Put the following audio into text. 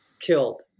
killed